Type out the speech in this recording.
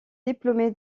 diplômé